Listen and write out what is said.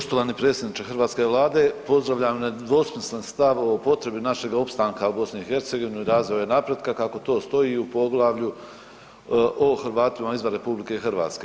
Poštovani predsjedniče hrvatske Vlade, pozdravljam nedvosmislen stav o potrebi našega opstanka u BiH, razvoju i napretka kako to stoji i u poglavlju o Hrvatima izvan RH.